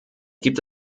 gibt